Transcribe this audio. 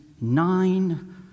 nine